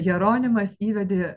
jeronimas įvedė